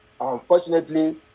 Unfortunately